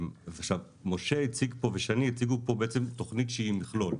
משה ושני הציגו פה בעצם תוכנית שהיא מכלול,